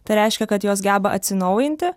tai reiškia kad jos geba atsinaujinti